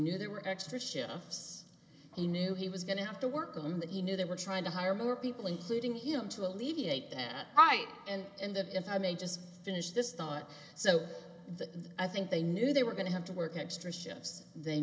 knew there were extra shifts he knew he was going to have to work on that he knew they were trying to hire more people including him to alleviate that right and that if i may just finish this thought so the i think they knew they were going to have to work extra shifts they